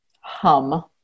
hum